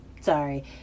Sorry